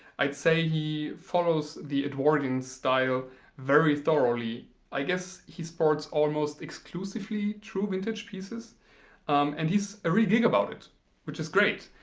i'd say he follows the edwardian style very thoroughly i guess he sports almost exclusively true vintage pieces and he's a really geek about it which is great.